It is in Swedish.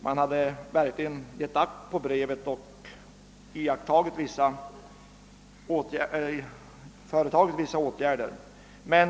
Man hade verkligen givit akt på brevet och företagit vissa åtgärder.